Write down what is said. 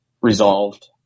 resolved